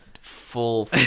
full